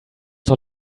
doch